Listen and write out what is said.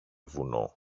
βουνό